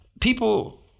people